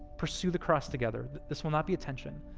pursue the cross together, this will not be a tension.